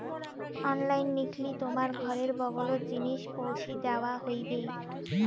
online কিনলি তোমার ঘরের বগলোত জিনিস পৌঁছি দ্যাওয়া হইবে